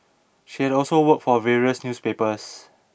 she had also worked for various newspapers